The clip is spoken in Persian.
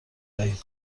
دهیم